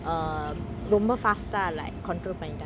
err ரொம்ப:romba fast eh like control பண்ணிட்டான்:panitan